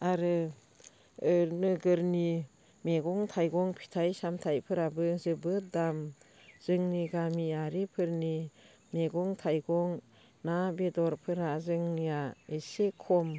आरो नोगोरनि मैगं थायगं फिथाय सामथायफोराबो जोबोद दाम जोंनि गामियारिफोरनि मैगं थायगं ना बेदरफोरा जोंनिया एसे खम